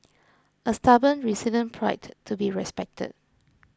a stubborn resilient pride to be respected